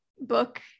book